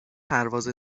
پرواز